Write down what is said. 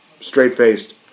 straight-faced